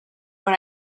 what